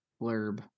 blurb